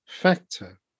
factor